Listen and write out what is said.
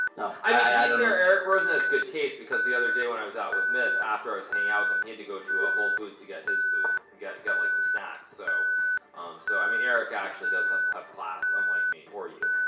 i mean i i fear eric rosen has good taste because the other day when i was out with myth after i was hanging out with him he had to go to a whole foods to get his food he got get like some snacks so um so i mean eric actually does have have class unlike me or you